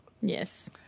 Yes